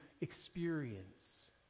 experience